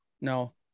no